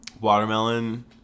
Watermelon